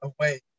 away